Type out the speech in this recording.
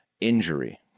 Injury